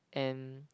and